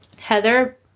Heather